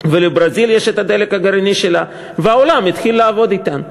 ולברזיל יש את הדלק הגרעיני שלה והעולם התחיל לעבוד אתן.